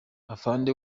afande